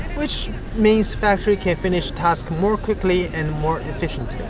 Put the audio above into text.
which means factories can finish tasks more quickly and more efficiently.